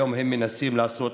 היום הם מנסים לעשות